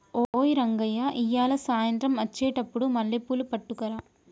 ఓయ్ రంగయ్య ఇయ్యాల సాయంత్రం అచ్చెటప్పుడు మల్లెపూలు పట్టుకరా